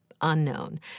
unknown